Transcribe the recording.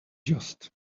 just